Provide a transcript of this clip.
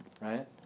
right